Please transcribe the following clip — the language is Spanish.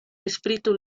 espíritu